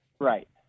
Right